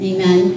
Amen